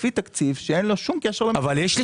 לפי תקציב שאין לו שום קשר למציאות.